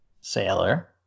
Sailor